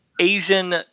Asian